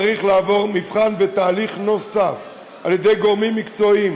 צריך לעבור מבחן ותהליך נוסף על ידי גורמים מקצועיים,